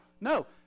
No